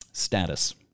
status